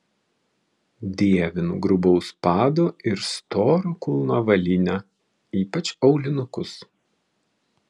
dievinu grubaus pado ir storo kulno avalynę ypač aulinukus